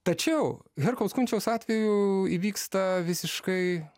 tačiau herkaus kunčiaus atveju įvyksta visiškai